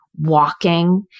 walking